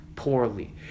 Poorly